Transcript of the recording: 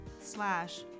slash